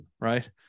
Right